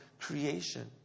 creation